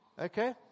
Okay